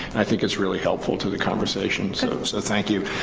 i think it's really helpful to the conversation sort of so thank you,